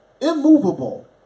immovable